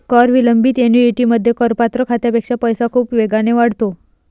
कर विलंबित ऍन्युइटीमध्ये, करपात्र खात्यापेक्षा पैसा खूप वेगाने वाढतो